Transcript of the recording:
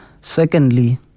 Secondly